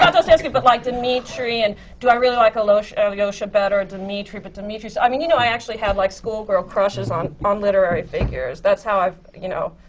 um dostoevsky, but like dimitri and do i really like alyosha alyosha better or dimitri, but dimitri's i mean, you know, i actually had like schoolgirl crushes on on literary figures. that's how i've, you know,